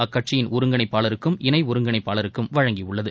அக்கட்சியின் ஒருங்கிணைப்பாளருக்கும் இணை ஒருங்கிணைப்பாளருக்கும் வழங்கியுள்ளது